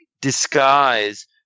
disguise